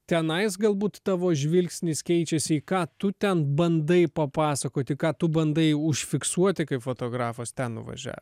tenais galbūt tavo žvilgsnis keičiasi į ką tu ten bandai papasakoti ką tu bandai užfiksuoti kaip fotografas ten nuvažia